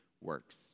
works